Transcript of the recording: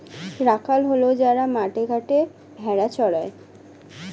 রাখাল হল যারা মাঠে ঘাটে ভেড়া চড়ায়